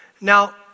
Now